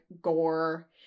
gore